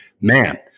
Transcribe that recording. man